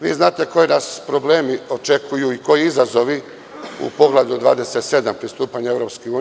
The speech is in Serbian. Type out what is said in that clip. Vi znate koji nas problemi očekuju i koji izazovi u Poglavlju 27. u pristupanju EU.